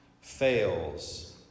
Fails